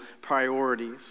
priorities